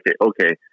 okay